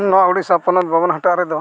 ᱱᱚᱣᱟ ᱳᱰᱤᱥᱟ ᱯᱚᱱᱚᱛ ᱵᱟᱵᱚᱱᱦᱟᱴᱟᱜ ᱨᱮᱫᱚ